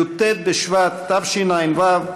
י"ט בשבט תשע"ו,